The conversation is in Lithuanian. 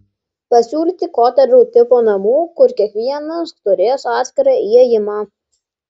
pasiūlyti kotedžų tipo namų kur kiekvienas turės atskirą įėjimą